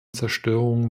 zerstörungen